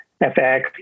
FX